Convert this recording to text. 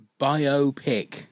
biopic